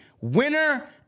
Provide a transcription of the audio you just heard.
winner